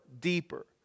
deeper